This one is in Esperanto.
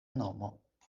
nomo